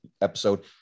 episode